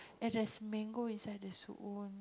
and there's mango inside the soup one